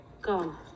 Gone